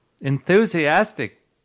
enthusiastic